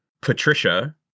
Patricia